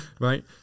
right